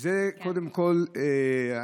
קודם כול,